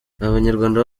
abanyarwanda